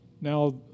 Now